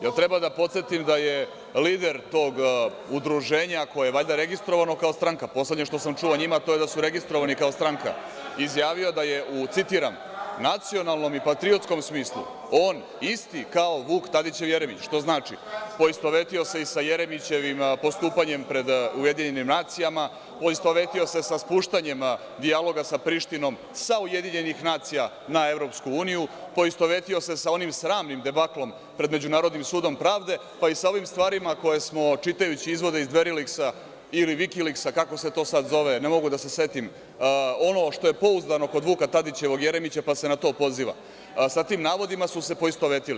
Da li treba da podsetim da je lider tog udruženja, koje je valjda registrovano kao stranka, poslednje što sam čuo o njima to je da su registrovani kao stranka, izjavio, citiram, „da je u nacionalnom i patriotskom smislu on isti kao Vuk Tadićev Jeremić“, što znači, poistovetio se i sa Jeremićevim postupanjem pred UN, poistovetio se sa spuštanjem dijaloga sa Prištinom sa UN na EU, poistovetio se sa onim sramnim debaklom pred Međunarodnim sudom pravde, pa i sa ovim stvarima koje smo, čitajući izvode iz „Dveriliksa“, ili „Vikiliksa“, kako se to sad zove, ne mogu da se setim, ono što je pouzdano kod Vuka Tadićevog Jeremića, pa se na to poziva, sa tim navodima su se poistovetili.